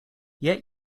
yet